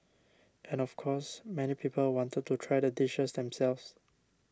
and of course many people wanted to try the dishes themselves